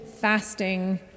fasting